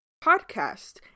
podcast